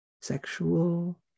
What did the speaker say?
sexual